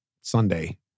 Sunday